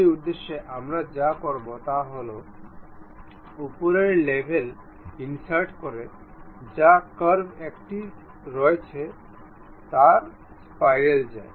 সেই উদ্দেশ্যে আমাদের যা করতে হবে তা হল উপরের লেভেলে ইনসার্ট করা যে কার্ভে একটি কার্ভ রয়েছে যা হেলিক্স স্পাইরাল যায়